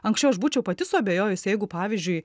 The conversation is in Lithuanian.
anksčiau aš būčiau pati suabejojus jeigu pavyzdžiui